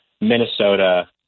Minnesota